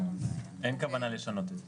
אין כוונה לשנות את זה.